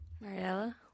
Mariella